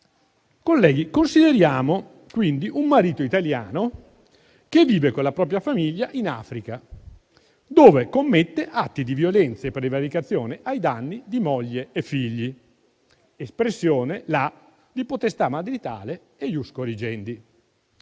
Colleghi, consideriamo quindi un marito italiano che vive con la propria famiglia in Africa, dove commette atti di violenza e prevaricazione ai danni di moglie e figli, espressione là di potestà maritale e *ius corrigendi*.